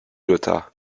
lota